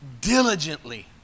diligently